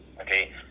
Okay